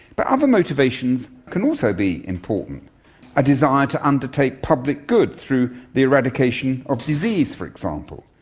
but other motivations can also be important a desire to undertake public good through the eradication of disease, for example,